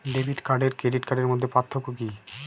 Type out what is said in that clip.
Debit card আর credit কার্ডের মধ্যে পার্থক্য কি?